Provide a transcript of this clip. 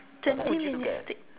twenty minutes